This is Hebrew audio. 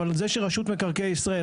אבל זה שרשות מקרקעי ישראל,